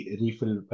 refill